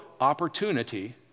opportunity